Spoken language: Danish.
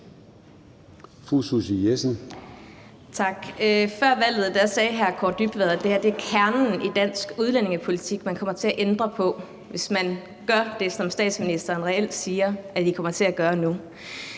Susie Jessen (DD): Tak. Før valget sagde hr. Kaare Dybvad Bek, at det er kernen i dansk udlændingepolitik, man kommer til at ændre på, hvis man gør det, som statsministeren reelt siger at vi kommer til at gøre nu.